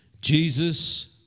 jesus